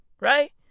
right